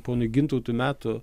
ponui gintautui metų